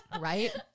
Right